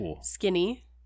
skinny